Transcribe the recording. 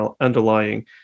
underlying